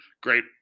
great